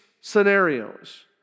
scenarios